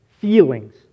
feelings